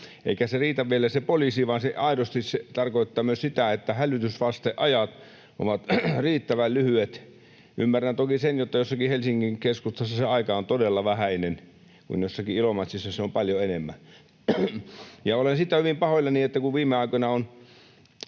Eikä se riitä vielä se poliisi, vaan se aidosti tarkoittaa myös sitä, että hälytysvaste-ajat ovat riittävän lyhyet. Ymmärrän toki, että jossakin Helsingin keskustassa se aika on todella vähäinen, kun taas jossakin Ilomantsissa se on paljon enemmän. Tiedän kotikuntani ja koko